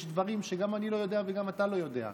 יש דברים שגם אני לא יודע וגם אתה לא יודע,